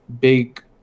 big